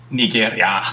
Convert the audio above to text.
nigeria